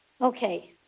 okay